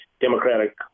Democratic